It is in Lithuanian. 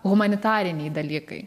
humanitariniai dalykai